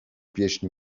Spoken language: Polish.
pieśni